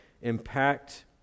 impact